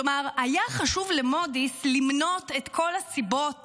כלומר היה חשוב למודי'ס למנות את כל הסיבות